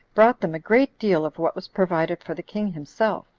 brought them a great deal of what was provided for the king himself.